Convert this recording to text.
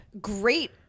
great